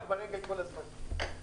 אני